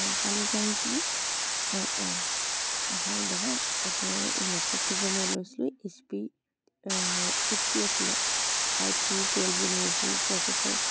অ' কালি যে আহিছিলোঁ অ' অ' নহয় দাদা আপোনাৰ লেপটপটো যে মই লৈছিলোঁ এইচ পি এইচ পি আছিলে I three twelve generation processor